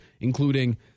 including